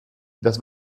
das